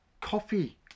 coffee